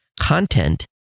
content